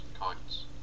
kites